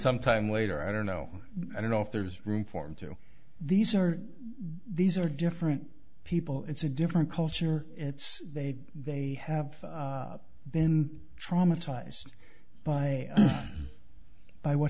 some time later i don't know i don't know if there was room for him to these are these are different people it's a different culture it's they they have been traumatized by what